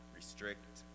restrict